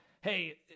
hey